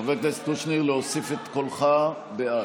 חבר הכנסת קושניר, להוסיף את קולך, בעד?